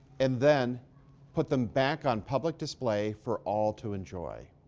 and then put them back on public display for all to enjoy.